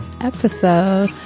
episode